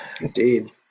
Indeed